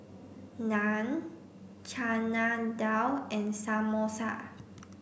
Naan Chana Dal and Samosa